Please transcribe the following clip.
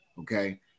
Okay